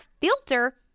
filter